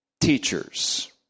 teachers